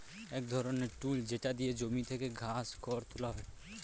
এক ধরনের টুল যেটা দিয়ে জমি থেকে ঘাস, খড় তুলা হয়